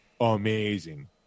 Amazing